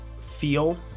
feel